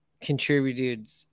contributed